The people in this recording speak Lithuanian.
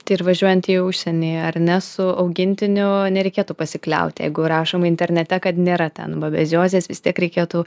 tai ir važiuojant į užsienį ar ne su augintiniu nereikėtų pasikliauti jeigu rašoma internete kad nėra ten babeziozės vis tiek reikėtų